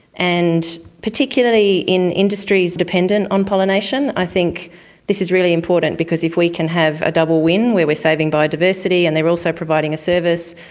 and particularly in industries dependent on pollination, i think this is really important because if we can have a double win where we are saving biodiversity and they are also providing a service,